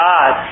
God